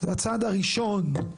הצעד הראשון,